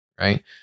right